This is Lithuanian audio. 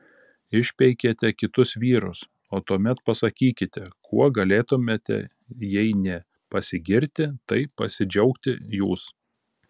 išpeikėte kitus vyrus o tuomet pasakykite kuo galėtumėte jei ne pasigirti tai pasidžiaugti jūs